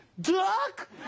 Duck